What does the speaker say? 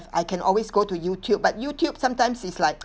I can always go to YouTube but YouTube sometimes is like